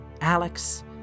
Alex